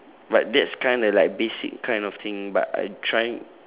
but that's kinda like basic kind of thing but I am trying